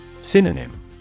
Synonym